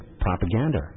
propaganda